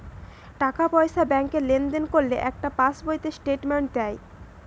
টাকা পয়সা ব্যাংকে লেনদেন করলে একটা পাশ বইতে স্টেটমেন্ট দেয়